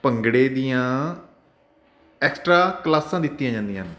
ਭੰਗੜੇ ਦੀਆਂ ਐਕਸਟਰਾ ਕਲਾਸਾਂ ਦਿੱਤੀਆਂ ਜਾਂਦੀਆਂ ਨੇ